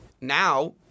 Now